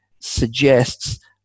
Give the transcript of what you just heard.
suggests